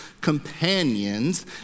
companions